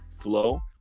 flow